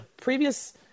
previous